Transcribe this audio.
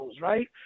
right